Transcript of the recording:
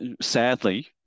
sadly